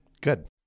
Good